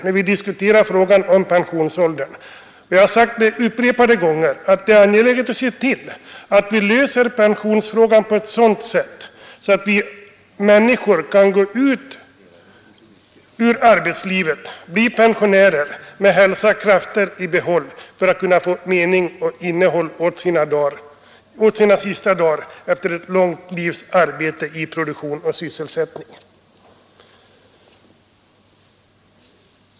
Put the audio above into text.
När vi diskuterat frågan om pensionsåldern har jag sagt upprepade gånger att det är angeläget att se till att vi löser pensionsfrågan på ett sådant sätt att människorna kan gå ut ur arbetslivet och bli pensionärer med hälsa och krafter i behåll, så att deras sista dagar efter ett långt livs arbete i produktionen kan få mening och innehåll.